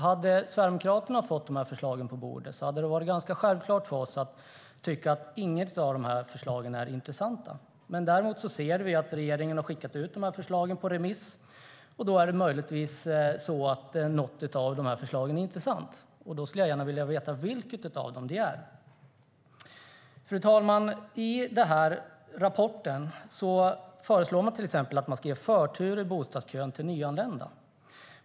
Hade Sverigedemokraterna fått dem på bordet hade det varit ganska självklart för oss att tycka att inget av dem är intressant. Däremot ser vi att regeringen har skickat ut de här förslagen på remiss, och då är det möjligtvis så att något av dem är intressant. Jag skulle gärna vilja veta vilket av dem det är. Fru talman! I den här rapporten föreslår Boverket till exempel att man ska ge förtur i bostadskön till nyanlända.